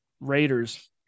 Raiders